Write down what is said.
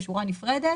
בשורה נפרדת